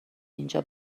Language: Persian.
اینجا